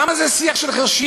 למה זה שיח של חרשים?